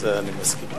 זה אני מסכים.